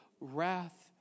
wrath